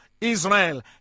Israel